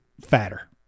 fatter